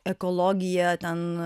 ekologija ten